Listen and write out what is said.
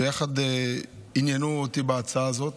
ויחד הם עניינו אותי בהצעה הזאת.